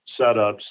setups